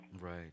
Right